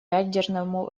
ядерному